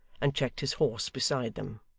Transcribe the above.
and checked his horse beside them.